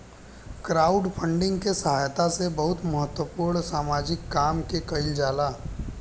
crowdfunding के सहायता से बहुत महत्वपूर्ण सामाजिक काम के कईल जाला